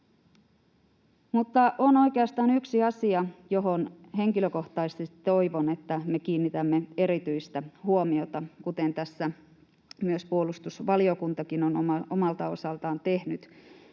Mutta on oikeastaan yksi asia, ja henkilökohtaisesti toivon, että me kiinnitämme siihen erityistä huomiota, kuten tässä myös puolustusvaliokuntakin on omalta osaltaan tehnyt.